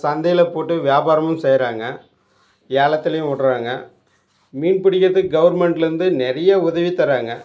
சந்தையில் போட்டு வியாபாரமும் செய்கிறாங்க ஏலத்துலேயும் விட்றாங்க மீன் பிடிக்கிறத்துக்கு கவர்மெண்ட்லேருந்து நிறைய உதவி தர்றாங்க